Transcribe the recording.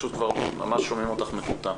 שומעים אותך מקוטע.